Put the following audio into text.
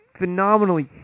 phenomenally